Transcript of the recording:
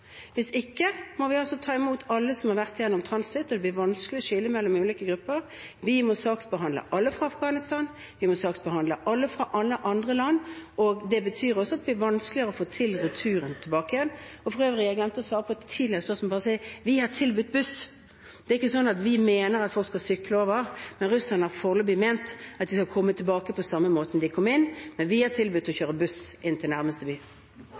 Hvis ikke må vi ta imot alle som har vært gjennom transitt, og det blir vanskelig å skille mellom ulike grupper. Da må vi behandle sakene til alle fra Afghanistan, og vi må behandle sakene til alle fra alle andre land, og det betyr også at det blir vanskeligere å få til retur. For øvrig glemte jeg å svare på et tidligere spørsmål, og jeg ville bare si: Vi har tilbudt buss. Det er ikke sånn at vi mener at folk skal sykle over, men russerne har foreløpig ment at de skal komme tilbake på samme måten som de kom hit, men vi har tilbudt å kjøre dem med buss inn til nærmeste